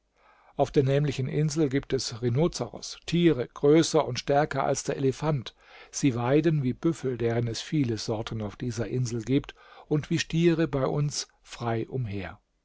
auf der nämlichen insel gibt es rhinozeros tiere größer und stärker als der elefant sie weiden wie büffel deren es viele sorten auf dieser insel gibt und wie stiere bei uns frei umher